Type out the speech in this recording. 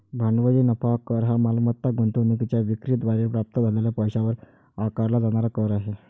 भांडवली नफा कर हा मालमत्ता गुंतवणूकीच्या विक्री द्वारे प्राप्त झालेल्या पैशावर आकारला जाणारा कर आहे